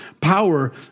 power